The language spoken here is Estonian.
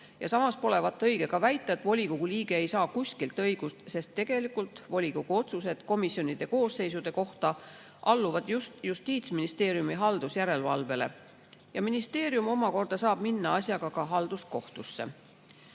Samas polevat õige ka väita, et volikogu liige ei saa kuskilt õigust, sest tegelikult volikogu otsused komisjonide koosseisude kohta alluvad just Justiitsministeeriumi haldusjärelevalvele ja ministeerium omakorda saab minna asjaga ka halduskohtusse. Käesolevas